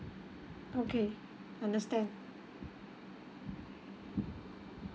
okay understand